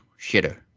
shitter